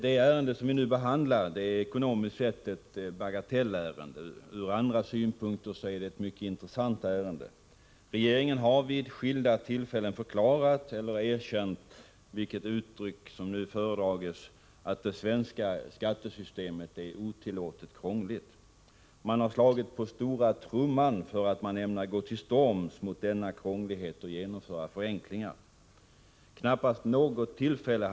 Det ärende som nu vi behandlar är ekonomiskt sett ett bagatellärende. Ur andra synpunkter är det ett mycket intressant ärende. Regeringen har vid skilda tillfällen förklarat, eller erkänt — vilket uttryck som nu föredras — att det svenska skattesystemet är otillåtet krångligt. Man har slagit på stora trumman, och ämnar gå till storms mot denna krånglighet och genomföra förenklingar. Man kunde knappast ha valt ett bättre tillfälle.